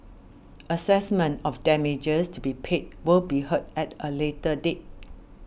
assessment of damages to be paid will be heard at a later date